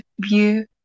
view